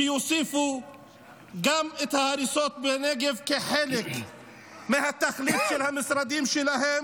שיוסיפו גם את הריסות בנגב כחלק מהתכלית של המשרדים שלהם,